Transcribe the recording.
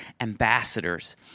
ambassadors